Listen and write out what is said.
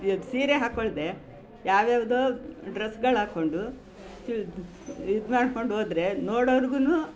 ಸೀರೆ ಹಾಕ್ಕೊಳ್ಳದೇ ಯಾವ ಯಾವುದೋ ಡ್ರಸ್ಸುಗಳು ಹಾಕ್ಕೊಂಡು ಇದು ಮಾಡ್ಕೊಂಡು ಹೋದ್ರೆ ನೋಡೊರ್ಗೂ